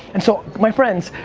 and so my friends,